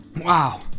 Wow